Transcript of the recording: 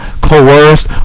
coerced